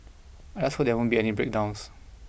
I just hope there won't be any breakdowns